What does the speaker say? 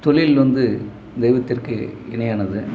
தொழில் வந்து தெய்வத்திற்கு இணையானது